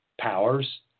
powers